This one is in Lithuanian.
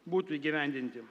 būtų įgyvendinti